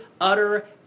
utter